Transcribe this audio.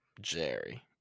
Jerry